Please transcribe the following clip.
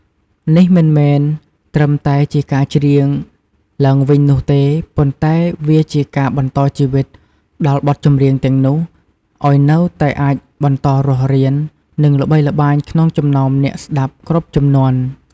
នេះមិនមែនត្រឹមតែជាការច្រៀងឡើងវិញនោះទេ ប៉ុន្តែវាជាការ បន្តជីវិត ដល់បទចម្រៀងទាំងនោះ ឲ្យនៅតែអាចបន្តរស់រាន និងល្បីល្បាញក្នុងចំណោមអ្នកស្តាប់គ្រប់ជំនាន់។